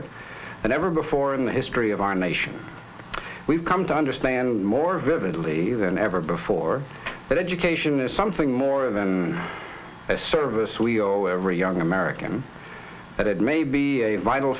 it than ever before in the history of our nation we've come to understand more vividly than ever before that education is something more than a service we owe every young american that it may be a vital